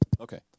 Okay